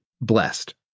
blessed